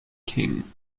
king